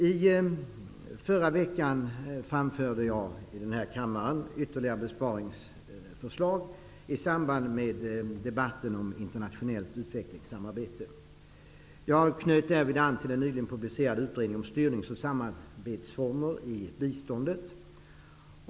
I förra veckan framförde jag i denna kammare ytterligare besparingsförslag i samband med debatten om internationellt utvecklingssamarbete. Jag knöt därvid an till den nyligen publicerade utredningen om styrnings och samarbetsformer i biståndet.